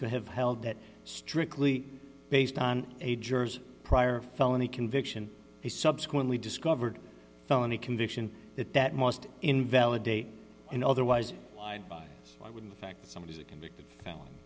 to have held that strictly based on a jersey prior felony conviction he subsequently discovered felony conviction that that most invalidate and otherwise i wouldn't effect somebody is a convicted felon